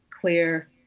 clear